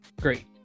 great